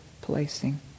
placing